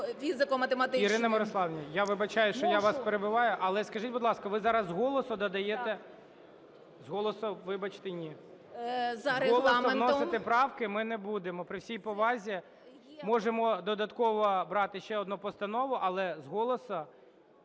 Ірина Мирославівна, я вибачаюсь, що я вас перебиваю. Але скажіть, будь ласка, ви зараз з голосу додаєте? З голосу, вибачте, ні. З голосу вносити правки ми не будемо, при всій повазі. Можемо додатково брати ще одну постанову, але з голосу